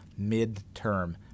Midterm